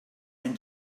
and